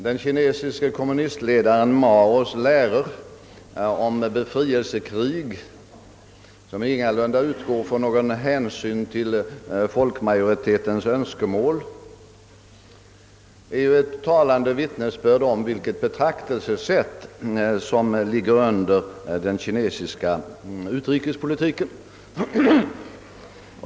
Den kinesiske kommunistledaren Maos läror om befrielsekrig, som ingalunda utgår från någon hänsyn till folkmajoritetens önskemål, är ju ett talande vittnesbörd om vilket betraktelsesätt som ligger bakom den kinesiska utrikespolitiken.